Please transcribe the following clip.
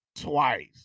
Twice